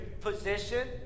position